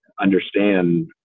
understand